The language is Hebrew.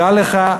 דע לך,